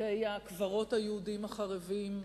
בתי-הקברות היהודיים החרבים,